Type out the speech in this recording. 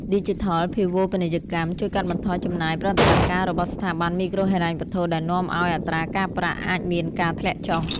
ឌីជីថលូបនីយកម្មជួយកាត់បន្ថយចំណាយប្រតិបត្តិការរបស់ស្ថាប័នមីក្រូហិរញ្ញវត្ថុ ដែលនាំឱ្យអត្រាការប្រាក់អាចមានការធ្លាក់ចុះ។